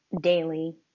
daily